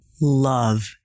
Love